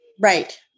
Right